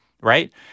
right